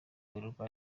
werurwe